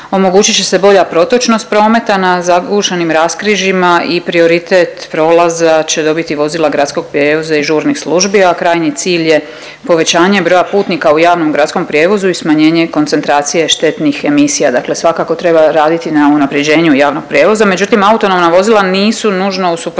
omogućit će se bolja protočnost prometa na zagušenim raskrižjima i prioritet prolaza će dobiti vozila gradskog prijevoza i žurnih službi, a krajnji cilj je povećanje broja putnika u javnom gradskom prijevozu i smanjenje koncentracije štetnih emisija. Dakle, svakako treba raditi na unapređenju javnog prijevoza. Međutim, autonomna vozila nisu nužno u suprotnosti